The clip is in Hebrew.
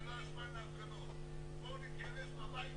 זה התקנות של ההפגנות, שמאשרים אותן בדיעבד.